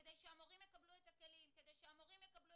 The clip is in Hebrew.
כל ילד הוא עולם ומלואו.